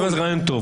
רעיון טוב.